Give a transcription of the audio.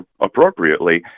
appropriately